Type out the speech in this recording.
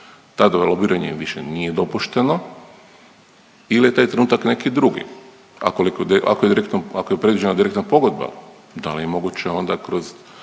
tad lobiranje im više nije dopušteno ili je taj trenutak neki drugi? Ako je direktno, ako je predviđena direktna pogodba, da li je moguće onda kroz,